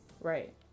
Right